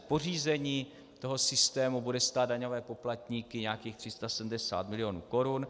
Pořízení systému bude stát daňové poplatníky nějakých 370 milionů korun.